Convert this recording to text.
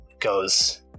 goes